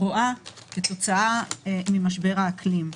רואה במשבר האקלים.